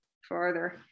further